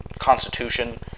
constitution